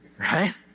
Right